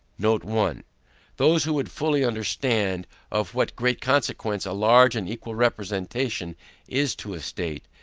note one those who would fully understand of what great consequence a large and equal representation is to a state,